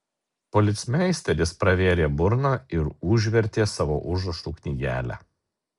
policmeisteris pravėrė burną ir užvertė savo užrašų knygelę